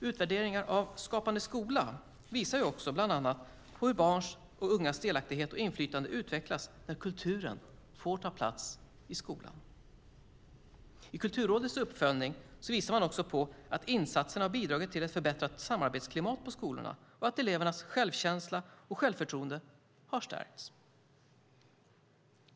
Utvärderingar av Skapande skola visar bland annat hur barns och ungas delaktighet och inflytande utvecklas när kulturen får ta plats i skolan. Kulturrådets uppföljning visar att insatserna har bidragit till ett förbättrat samarbetsklimat på skolorna och att elevernas självkänsla och självförtroende har stärkts.